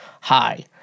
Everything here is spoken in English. Hi